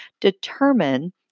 determine